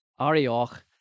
Arioch